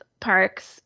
parks